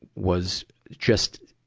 was just.